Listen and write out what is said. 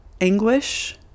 anguish